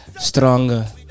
Stronger